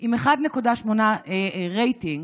עם 1.8% רייטינג.